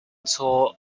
tour